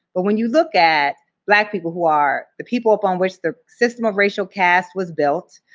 but when you look at black people who are the people upon which the system of racial caste was built,